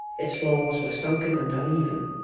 its floors were sunken and uneven,